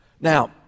Now